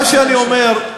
מה שאני אומר,